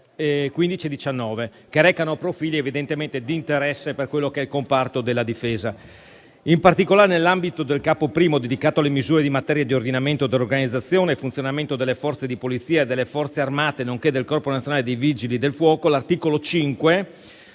18 e 19, che recano profili di interesse per il comparto della Difesa. In particolare, nell'ambito del Capo I, recante misure in materia di ordinamento, organizzazione e funzionamento delle Forze di polizia, delle Forze armate nonché del Corpo nazionale dei vigili del fuoco, l'articolo 5